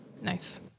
Nice